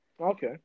Okay